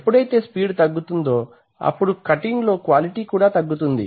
ఎప్పుడైతే స్పీడ్ తగ్గుతుందో అప్పుడు కటింగ్ లో క్వాలిటీ కూడా తగ్గుతుంది